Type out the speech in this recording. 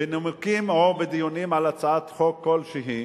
בנימוקים או בדיונים על הצעת חוק כלשהי,